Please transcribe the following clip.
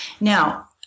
Now